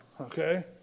okay